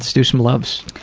let's do some loves.